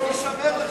הישמר לך,